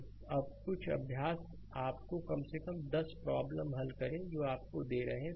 slide समय देखें 2003 अब कुछ अभ्यास आपको कम से कम 10 प्रॉब्लम हल करें जो आपको दे रहे हैं